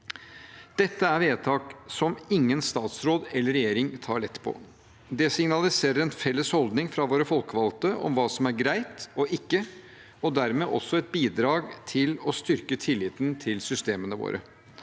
Dette er vedtak som ingen statsråd eller regjering tar lett på. Det signaliserer en felles holdning fra våre folkevalgte om hva som er greit og ikke, og dermed også et bidrag til å styrke tilliten til systemene våre.